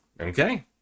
okay